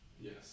Yes